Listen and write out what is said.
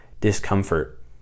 discomfort